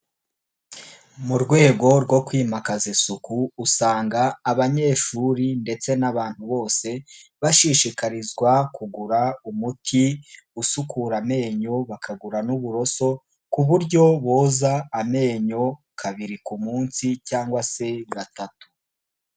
Mu rwego rwo kwimakaza isuku, usanga abanyeshuri ndetse n'abantu bose, bashishikarizwa kugura umuti usukura amenyo, bakagura n'uburoso ku buryo boza amenyo kabiri ku munsi cyangwa se gatatu.